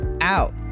out